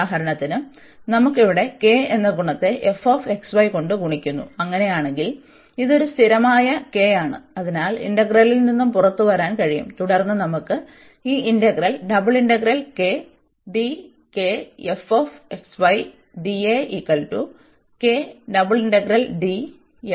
ഉദാഹരണത്തിന് നമുക്ക് ഇവിടെ k എന്ന ഗുണത്തെ കൊണ്ട് ഗുണിക്കുന്നു അങ്ങനെയാണെങ്കിൽ ഇത് ഒരു സ്ഥിരമായ k ആണ് അതിനാൽ ഇന്റഗ്രലിൽ നിന്ന് പുറത്തുവരാൻ കഴിയും തുടർന്ന് നമുക്ക് ഈ ഇന്റഗ്രൽ കിട്ടുന്നു